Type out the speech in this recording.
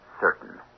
certain